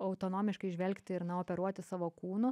autonomiškai žvelgti ir na operuoti savo kūnu